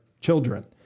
children